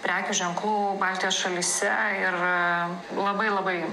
prekių ženklų baltijos šalyse ir labai labai